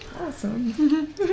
Awesome